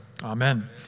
Amen